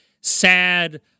sad